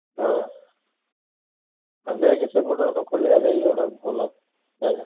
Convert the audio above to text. ହଁ ହଉ ଦେଖେ ସେପଟୁ ଗୋଟେ ଖୋଲିବା ଯାଇ ଗୋଟେ ଭଲ ଜାଗା